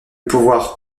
pouvoir